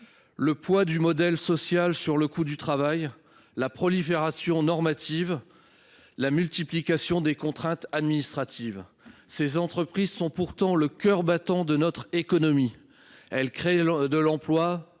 le poids du modèle social sur le coût du travail, la prolifération normative, la multiplication des contraintes administratives. Ces entreprises sont pourtant le cœur battant de notre économie. Elles créent de l'emploi,